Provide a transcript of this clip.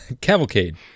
cavalcade